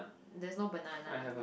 there's no banana